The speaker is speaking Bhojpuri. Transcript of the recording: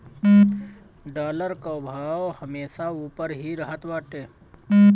डॉलर कअ भाव हमेशा उपर ही रहत बाटे